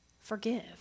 forgive